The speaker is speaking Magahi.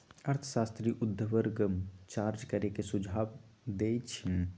अर्थशास्त्री उर्ध्वगम चार्ज करे के सुझाव देइ छिन्ह